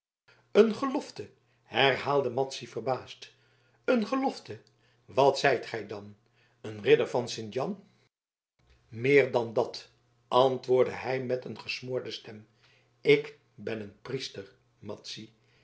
een gelofte herhaalde madzy verbaasd een gelofte wat zijt gij dan een ridder van sint jan meer dan dat antwoordde hij met een gesmoorde stem ik ben een priester